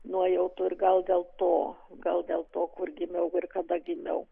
nuojautų ir gal dėl to gal dėl to kur gimiau ir kada gimiau